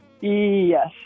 Yes